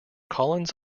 collins